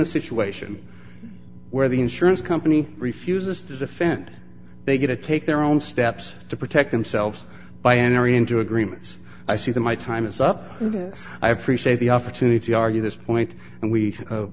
a situation where the insurance company refuses to defend they get to take their own steps to protect themselves by enter into agreements i see the my time is up i appreciate the opportunity argue this point and we